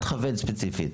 אל תכוון ספציפית,